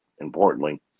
importantly